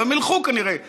אבל כנראה הם ילכו,